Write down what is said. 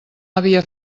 àvia